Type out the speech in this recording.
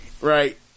Right